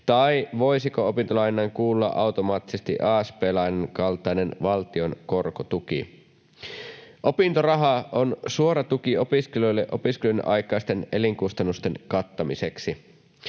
tai voisiko opintolainaan kuulua automaattisesti asp-lainan kaltainen valtion korkotuki. Opintoraha on suora tuki opiskelijoille opiskelun aikaisten elinkustannusten kattamiseksi.